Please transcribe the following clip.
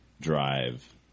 drive